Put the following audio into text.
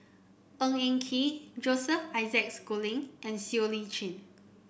Ng Eng Kee Joseph Isaac Schooling and Siow Lee Chin